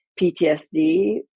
PTSD